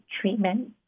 treatment